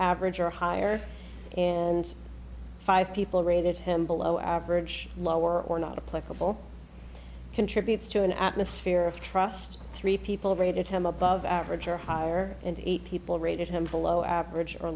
average or higher and five people rated him below average lower or not a clickable contributes to an atmosphere of trust three people rated him above average or higher and eight people rated him below average or